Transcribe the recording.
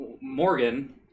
Morgan